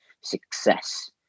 success